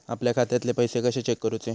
आपल्या खात्यातले पैसे कशे चेक करुचे?